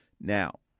Now